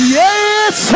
yes